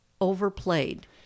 overplayed